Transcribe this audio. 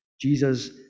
jesus